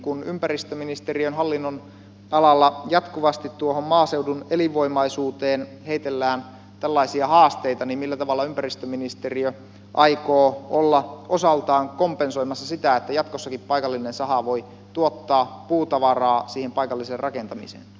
kun ympäristöministeriön hallinnonalalla jatkuvasti tuohon maaseudun elinvoimaisuuteen heitellään tällaisia haasteita niin millä tavalla ympäristöministeriö aikoo olla osaltaan kompensoimassa sitä että jatkossakin paikallinen saha voi tuottaa puutavaraa siihen paikalliseen rakentamiseen